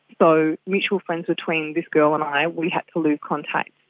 so mutual friends between this girl and i, we had to lose contact,